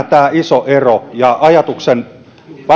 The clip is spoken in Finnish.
tämä iso ero ja varmaan ajatuksen